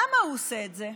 למה הוא עושה את זה?